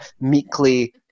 Meekly